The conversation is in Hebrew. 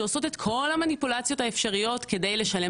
שעושות את כל המניפולציות האפשריות כדי לשלם